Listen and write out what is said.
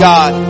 God